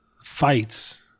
fights